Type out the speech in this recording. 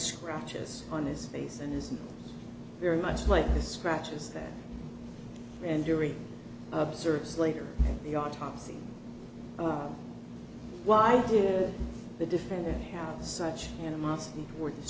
scratches on his face and is very much like the scratches that enduring observes later the autopsy why did the defendant have such animosity toward this